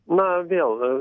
na vėl